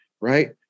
right